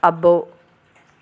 అబ్బో